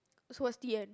so what's D_N